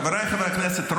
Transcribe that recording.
חבריי חברי הכנסת,